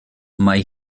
mae